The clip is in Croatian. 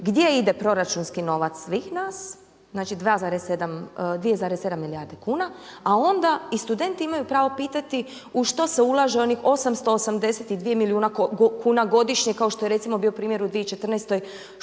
gdje ide proračunski novac svih nas, znači 2,7 milijarde kuna, a onda i studenti imaju pravo pitati u što se ulaže onih 882 milijuna kuna godišnje kao što je recimo bio primjer u 2014. što su